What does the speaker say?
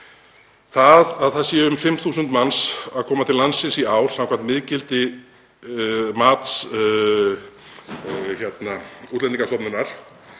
Að það séu um 5.000 manns að koma til landsins í ár samkvæmt miðgildismati Útlendingastofnunar